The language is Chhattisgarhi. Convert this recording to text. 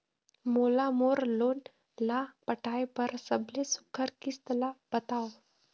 मोला मोर लोन ला पटाए बर सबले सुघ्घर किस्त ला बताव?